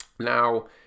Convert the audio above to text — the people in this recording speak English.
Now